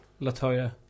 Latoya